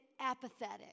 apathetic